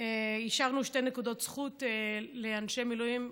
שתי נקודות זכות לאנשי מילואים.